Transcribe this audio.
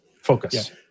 focus